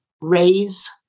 raise